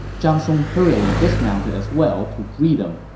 zhang song hurriedly dismounted as well to greet him